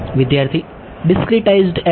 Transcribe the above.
વિદ્યાર્થી discretized average